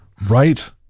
right